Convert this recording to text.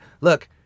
look